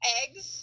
eggs